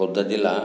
ଖୋର୍ଦ୍ଧା ଜିଲ୍ଲା